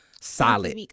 Solid